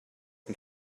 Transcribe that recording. and